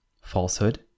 falsehood